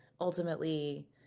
Ultimately